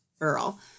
Earl